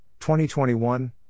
2021